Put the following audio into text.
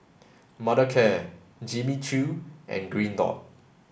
Mothercare Jimmy Choo and Green dot